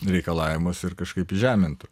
reikalavimus ir kažkaip įžemintų